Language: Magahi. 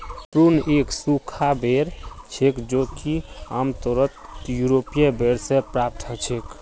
प्रून एक सूखा बेर छेक जो कि आमतौरत यूरोपीय बेर से प्राप्त हछेक